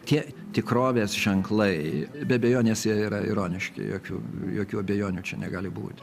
tie tikrovės ženklai be abejonės jie yra ironiški jokių jokių abejonių čia negali būti